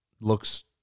looks